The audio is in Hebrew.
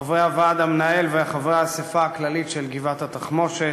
חברי הוועד המנהל וחברי האספה הכללית של גבעת-התחמושת,